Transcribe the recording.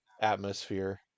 atmosphere